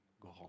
grand